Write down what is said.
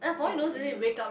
ya I really will